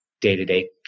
day-to-day